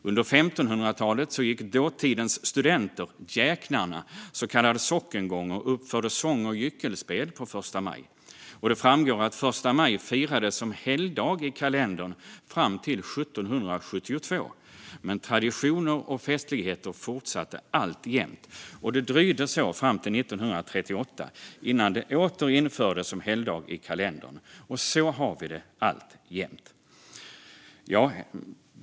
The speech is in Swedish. Under 1500-talet gick dåtidens studenter, djäknarna, så kallad sockengång och uppförde sång och gyckelspel på första maj. Det framgår att första maj firades som helgdag i kalendern fram till 1772 men att traditioner och festligheter därefter fortsatte. Det dröjde så fram till 1938 innan första maj åter infördes som helgdag i kalendern, och så har vi det alltjämt.